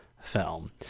film